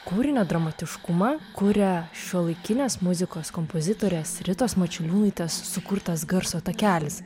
kūrinio dramatiškumą kuria šiuolaikinės muzikos kompozitorės ritos mačiuliūnaitės sukurtas garso takelis